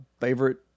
favorite